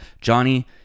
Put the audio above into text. Johnny